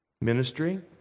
ministry